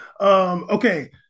Okay